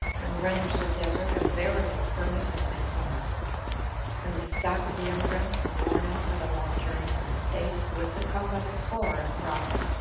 and renders the desert a veritable furnace in midsummer and the stock of the emigrants, worn out by the long journey from the states, would succumb by the score in crossing.